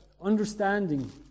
understanding